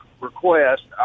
request